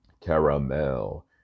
Caramel